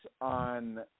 on